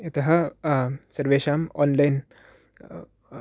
यतः सर्वेषाम् आन्लैन्